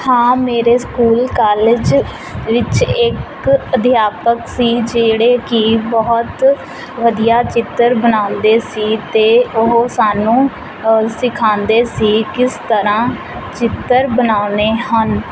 ਹਾਂ ਮੇਰੇ school college ਵਿੱਚ ਇੱਕ ਅਧਿਆਪਕ ਸੀ ਜਿਹੜੇ ਕਿ ਬਹੁਤ ਵਧੀਆ ਚਿੱਤਰ ਬਣਾਉਂਦੇ ਸੀ ਅਤੇ ਉਹ ਸਾਨੂੰ ਸਿਖਾਉਂਦੇ ਸੀ ਕਿਸ ਤਰ੍ਹਾਂ ਚਿੱਤਰ ਬਣਾਉਣੇ ਹਨ